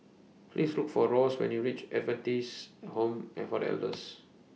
Please Look For Ross when YOU REACH Adventist Home and For Elders